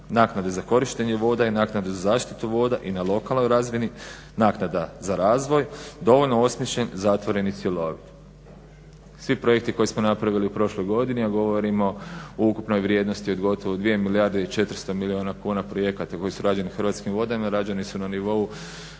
Naknade za korištenje voda i naknade za zaštitu voda i na lokalnoj razini, naknada za razvoj dovoljno osmišljen zatvoreni i cjelovit. Svi projekti koje smo napravili u prošloj godini, a govorimo o ukupnoj vrijednosti od gotovo 2 400 milijuna kuna projekata koji su rađeni u Hrvatskim vodama i rađeni su na nivou